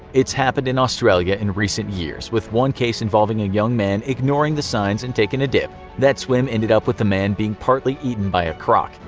it's happened in australia in recent years, with one case involving a young man ignoring the signs and taking a dip. that swim ended up with the man being partly eaten by a croc.